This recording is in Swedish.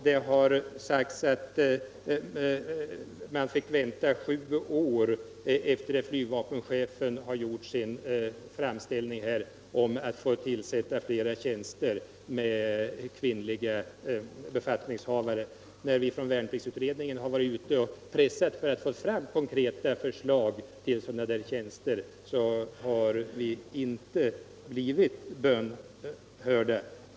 Det har sagts att man fick vänta sju år efter det att flygvapenchefen gjort sin framställning om att få tillsätta flera tjänster med kvinnliga befattningshavare. När vi från värnpliktsutredningen har varit ute och pressat på för att få fram konkreta förslag till sådana där tjänster har vi inte blivit bönhörda.